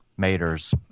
maters